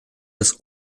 des